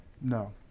No